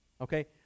okay